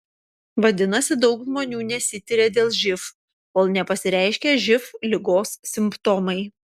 vadinasi daug žmonių nesitiria dėl živ kol nepasireiškia živ ligos simptomai